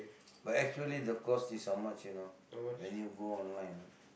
but actually the cost is how much you know when you go online ah